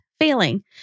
failing